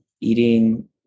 eating